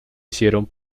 hicieron